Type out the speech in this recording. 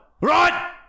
right